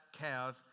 cows